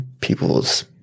people's